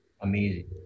amazing